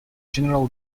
general